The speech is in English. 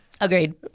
Agreed